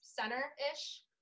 center-ish